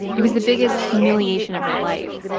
it was the biggest humiliation of her life,